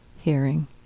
hearing